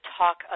talk